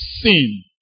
sin